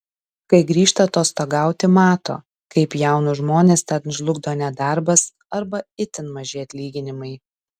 kai grįžta atostogauti mato kaip jaunus žmones ten žlugdo nedarbas arba itin maži atlyginimai